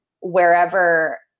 wherever